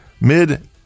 mid